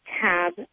Tab